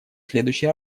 следующий